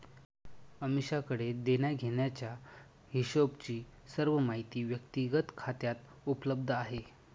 अमीषाकडे देण्याघेण्याचा हिशोबची सर्व माहिती व्यक्तिगत खात्यात उपलब्ध आहे